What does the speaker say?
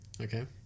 okay